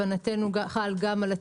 להבנתנו הכלל הזה חל גם על התקנות.